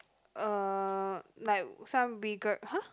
uh like some rigor !huh!